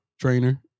trainer